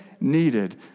needed